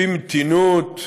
במתינות,